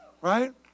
Right